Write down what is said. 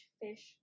fish